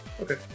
Okay